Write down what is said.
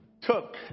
took